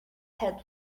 head